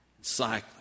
cycling